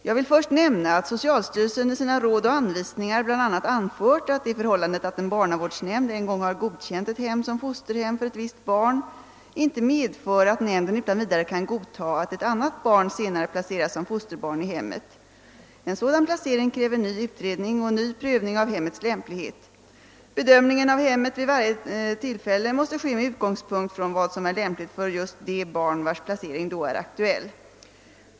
Jag vill först nämna att socialstyrelsen i sina Råd och anvisningar bl.a. anfört att det förhållandet att en barnavårdsnämnd en gång har godkänt ett hem som fosterhem för ett visst barn inte medför att nämnden utan vidare kan godta, att ett annat barn senare placeras som fosterbarn i hemmet. En sådan placering kräver ny utredning och ny prövning av hemmets lämplighet. Bedömningen av hemmet vid varje tillfälle måste ske med utgångspunkt i vad som är lämpligt för just det barn, vars placering då är aktuell.